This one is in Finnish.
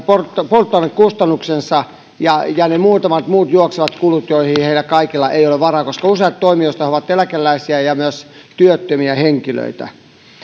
polttoainekustannuksensa ja ja ne muutamat muut juoksevat kulut joihin heillä kaikilla ei ole varaa koska useat toimijoista ovat eläkeläisiä ja myös työttömiä henkilöitä